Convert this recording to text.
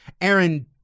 Aaron